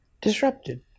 disrupted